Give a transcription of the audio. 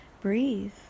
breathe